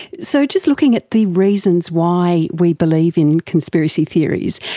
so just looking at the reasons why we believe in conspiracy theories.